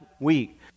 week